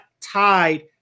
tied